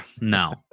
No